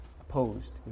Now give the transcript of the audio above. opposed